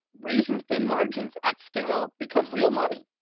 razor thin margins at scale become real money.